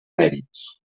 mèrits